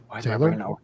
Taylor